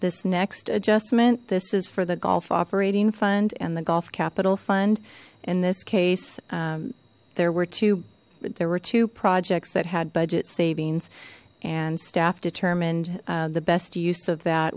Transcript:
this next adjustment this is for the golf operating fund and the golf capital fund in this case there were two there were two projects that had budget savings and staff determined the best use of that